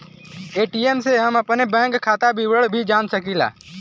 ATM से हम अपने बैंक खाता विवरण भी जान सकीला